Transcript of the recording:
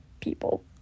people